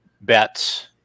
bets